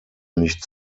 nicht